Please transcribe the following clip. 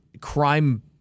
crime